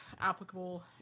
applicable